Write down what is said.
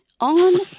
On